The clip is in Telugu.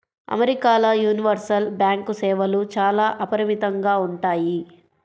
అమెరికాల యూనివర్సల్ బ్యాంకు సేవలు చాలా అపరిమితంగా ఉంటాయి